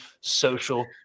social